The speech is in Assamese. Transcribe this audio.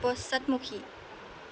পশ্চাদমুখী